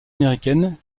américaine